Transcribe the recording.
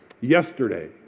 Yesterday